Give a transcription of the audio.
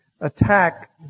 attack